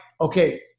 okay